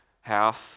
house